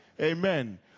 Amen